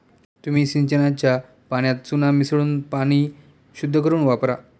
तुम्ही सिंचनाच्या पाण्यात चुना मिसळून पाणी शुद्ध करुन वापरा